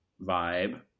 vibe